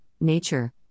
nature